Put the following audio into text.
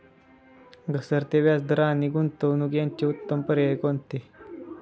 घसरते व्याजदर आणि गुंतवणूक याचे उत्तम पर्याय कोणते?